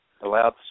allowed